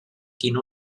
quin